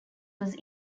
was